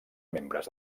membres